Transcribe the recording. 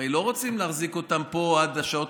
הרי לא רוצים להחזיק אותם פה עד השעות